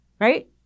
right